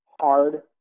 hard